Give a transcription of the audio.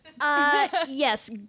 Yes